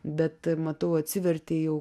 bet matau atsivertei jau